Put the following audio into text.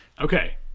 Okay